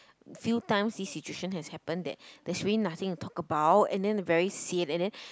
few times this situation has happened that there's really nothing to talk about and then very sian and then